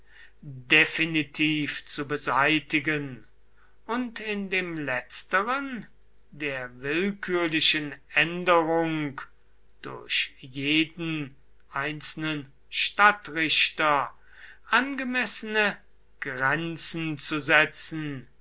definitiv zu beseitigen und in dem letzteren der willkürlichen änderung durch jeden einzelnen stadtrichter angemessene grenzen zu setzen